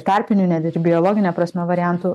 tarpinių net ir biologine prasme variantų